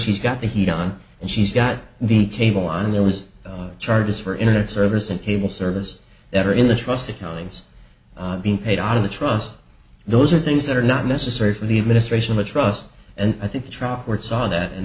she's got the heat on and she's got the cable on and there was no charges for internet service and cable service that are in the trust accountings being paid out of the trust those are things that are not necessary for the administration to trust and i think trough word saw that and